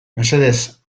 mesedez